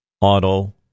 auto